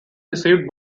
received